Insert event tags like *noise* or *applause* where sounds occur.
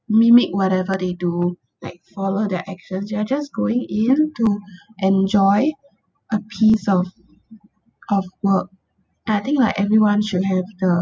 mimic whatever they do like follow their actions you are just going in to *breath* enjoy a piece of of work and I think like everyone should have the